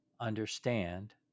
understand